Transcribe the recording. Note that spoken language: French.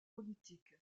politique